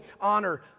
honor